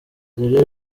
areruya